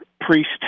priest